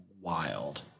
wild